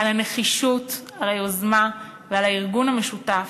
על הנחישות, על היוזמה ועל הארגון המשותף,